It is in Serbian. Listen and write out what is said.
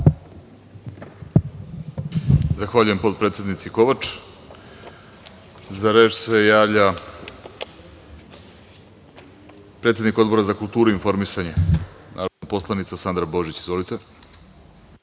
Zahvaljujem, potpredsednici Kovač.Za reč se javlja predsednik Odbora za kulturu i informisanje, poslanica Sandra Božić. Izvolite.